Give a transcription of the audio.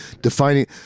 defining